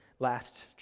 Last